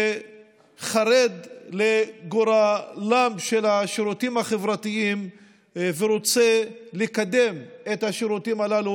שחרד לגורלם של השירותים החברתיים ורוצה לקדם את השירותים הללו,